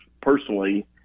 personally